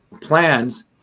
plans